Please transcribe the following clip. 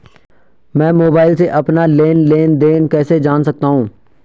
मैं मोबाइल से अपना लेन लेन देन कैसे जान सकता हूँ?